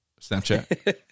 Snapchat